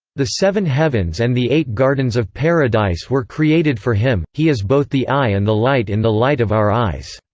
the seven heavens and the eight gardens of paradise were created for him, he is both the eye and the light in the light of our eyes.